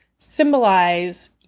symbolize